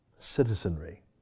citizenry